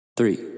Three